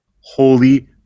holy